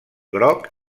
groc